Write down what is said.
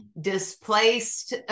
displaced